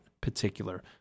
particular